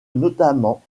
notamment